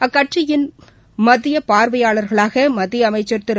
அக்கட்சியின் மத்தியபார்வையாளர்களாகமத்தியஅமைச்சர் திரு